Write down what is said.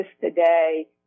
today